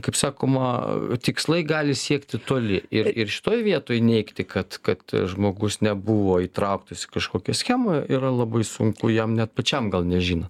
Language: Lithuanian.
kaip sakoma tikslai gali siekti toli ir ir šitoj vietoj neigti kad kad žmogus nebuvo įtrauktas į kažkokią schemą yra labai sunku jam net pačiam gal nežinant